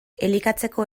elikatzeko